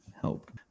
help